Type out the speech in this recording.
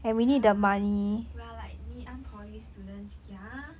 ya we are like ngee ann poly~ students ya